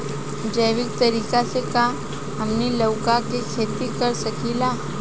जैविक तरीका से का हमनी लउका के खेती कर सकीला?